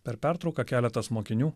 per pertrauką keletas mokinių